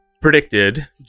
predicted